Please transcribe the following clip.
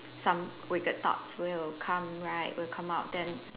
some wicked thoughts will come right will come out then